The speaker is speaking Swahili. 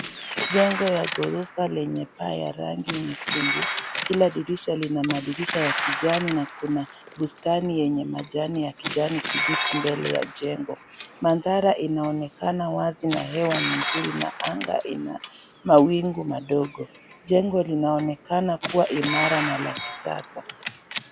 Jengo ya gorofa lenye paa ya rangi nyekundu, kila dirisha lina madirisha ya kijani na kuna, bustani yenye majani ya kijani kibichi mbele ya jengo, manthara inaonekana wazi na hewa ni nzuri na anga ina, mawingu madogo, jengo linaonekana kuwa imara na la kiasa.